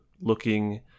looking